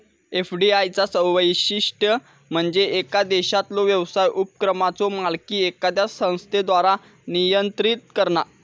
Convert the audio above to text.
FDI चा वैशिष्ट्य म्हणजे येका देशातलो व्यवसाय उपक्रमाचो मालकी एखाद्या संस्थेद्वारा नियंत्रित करणा